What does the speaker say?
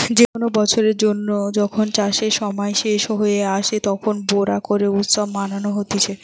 যে কোনো বছরের জন্য যখন চাষের সময় শেষ হয়ে আসে, তখন বোরো করে উৎসব মানানো হতিছে